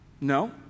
No